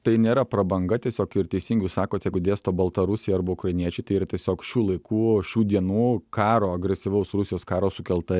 tai nėra prabanga tiesiog ir teisingai jūs sakot jeigu dėsto baltarusija arba ukrainiečiai tai yra tiesiog šių laikų šių dienų karo agresyvaus rusijos karo sukelta